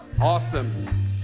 Awesome